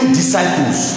disciples